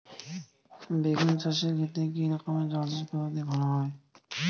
বেগুন চাষের ক্ষেত্রে কি রকমের জলসেচ পদ্ধতি ভালো হয়?